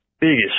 Biggest